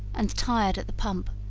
and tired at the pump,